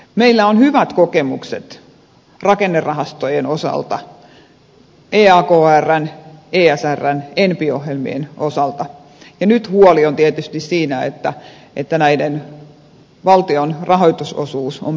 meillä on hyvät kokemukset rakennerahastojen osalta eakrn esrn enpi ohjelmien osalta ja nyt huoli on tietysti siinä että valtion rahoitusosuus on pienenemässä